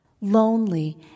lonely